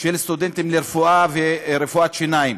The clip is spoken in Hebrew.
של סטודנטים לרפואה ורפואת שיניים,